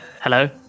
Hello